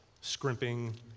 scrimping